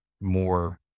more